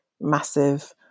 massive